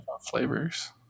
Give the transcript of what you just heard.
flavors